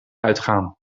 uitgaan